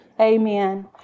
Amen